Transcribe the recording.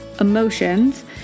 emotions